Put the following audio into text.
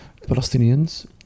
Palestinians